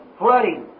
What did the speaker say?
flooding